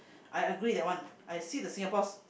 I I agree that one I see the Singapore